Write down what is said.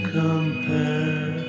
compare